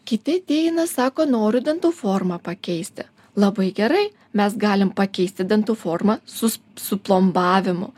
kiti ateina sako noriu dantų formą pakeisti labai gerai mes galim pakeisti dantų formą sus su plombavimu